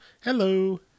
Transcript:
hello